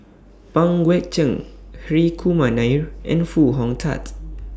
Pang Guek Cheng Hri Kumar Nair and Foo Hong Tatt